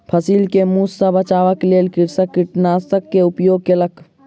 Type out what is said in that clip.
फसिल के मूस सॅ बचाबअ के लेल कृषक कृंतकनाशक के उपयोग केलक